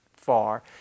Far